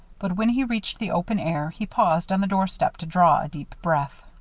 but when he reached the open air, he paused on the doorstep to draw a deep breath.